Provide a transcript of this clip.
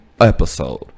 episode